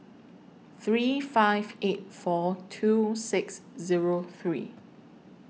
three five eight four two six Zero three